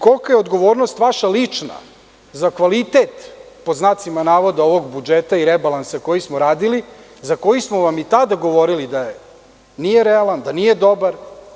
Kolika je odgovornost vaša lična za kvalitet, pod znacima navoda ovog budžeta i rebalansa koji smo radili za koji smo vam i tada govorili da nije realan, da nije dobar.